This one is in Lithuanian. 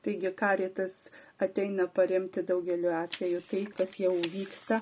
taigi karitas ateina paremti daugeliu atvejų tai kas jau vyksta